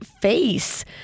face